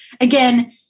again